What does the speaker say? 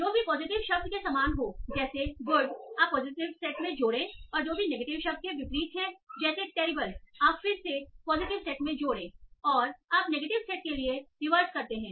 जो भी पॉजिटिव शब्द के समान हो जैसे गुड आप पॉजिटिव सेट में जोड़ें और जो भी नेगेटिव शब्द के विपरीत शब्द हैं जैसे टेरिबल आप फिर से पॉजिटिव सेट में जोड़ें और आप नेगेटिव सेट के लिए रिवर्स करते हैं